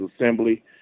assembly